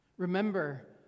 Remember